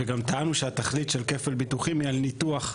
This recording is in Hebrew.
וגם טענו שהתכלית של כפל ביטוחי היא על ניתוח.